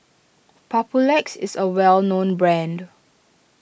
Papulex is a well known brand